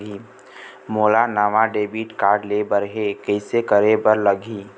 मोला नावा debit card लेबर हे, कइसे करे बर लगही?